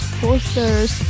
posters